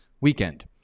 weekend